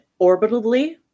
orbitally